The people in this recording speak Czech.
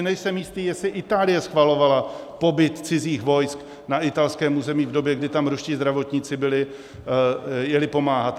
Nejsem si jistý, jestli Itálie schvalovala pobyt cizích vojsk na italském území v době, kdy tam ruští zdravotníci byli, jeli pomáhat.